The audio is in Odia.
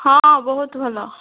ହଁ ବହୁତ ଭଲ